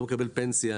לא פנסיה,